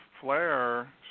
flare